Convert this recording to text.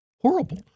horrible